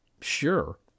Sure